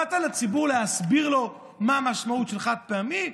באת לציבור להסביר לו מה המשמעות של חד-פעמי,